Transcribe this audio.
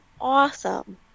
awesome